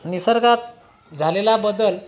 निसर्गात झालेला बदल